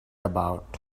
about